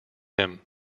him